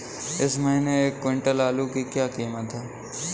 इस महीने एक क्विंटल आलू की क्या कीमत है?